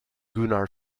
gunnar